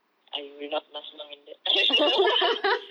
I will not last long in that